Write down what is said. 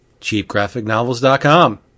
cheapgraphicnovels.com